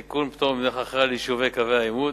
תיקון, פטור מדמי חכירה ליישובי קווי העימות,